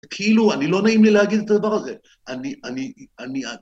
כאילו, אני לא נעים לי להגיד את הדבר הזה. אני אני אני